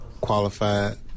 qualified